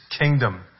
kingdom